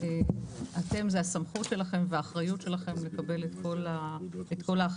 אתם זו הסמכות והאחריות שלכם לקבל את כל ההחלטות,